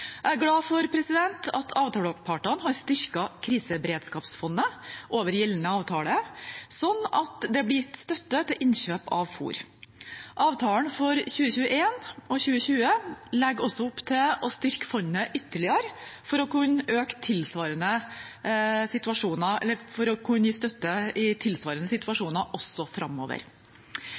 Jeg er glad for at avtalepartene har styrket kriseberedskapsfondet over gjeldende avtale, slik at det blir gitt støtte til innkjøp av fôr. Avtalen for 2020/2021 legger også opp til å styrke fondet ytterligere for å kunne gi støtte i tilsvarende situasjoner framover. Vi støtter styrking av distriktstilskuddet for